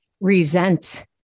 resent